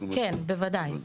כן, בוודאי.